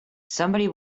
somebody